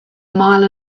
mile